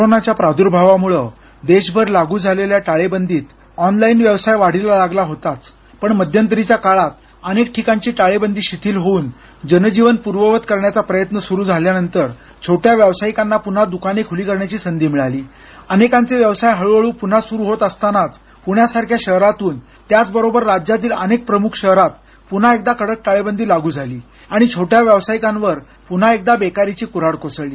कोरोनाच्या प्राद्भावामुळं देशभर लागू झालेल्या टाळेबंदीत ऑनलाईन व्यवसाय वाढीला लागला होताच पण मध्यंतरीच्या काळात अनेक ठिकाणची टाळेबंदी शिथिल होऊन जनजीवन पूर्ववत करण्याचा प्रयत्न सुरू झाल्यानंतर छोट्या व्यावसायिकांना पुन्हा दुकाने खुली करण्याची संधी मिळाली अनेकांचे व्यवसाय हळूहळू पुन्हा सुरु होत असतानाच पुण्यासारख्या शहरातून त्याचबरोबर राज्यातील अनेक प्रमुख शहरात पुन्हा एकदा कडक टाळेबंदी लागू झाली आणि छोट्या व्यावसायिकांवर पुन्हा एकदा बेकारीची कु हाड कोसळली